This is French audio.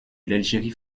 l’algérie